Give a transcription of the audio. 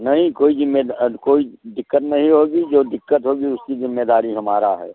नहीं कोई जिम्मे कोई दिक्कत नहीं होगी जो दिक्कत होगी उसकी जिम्मेदारी हमारा है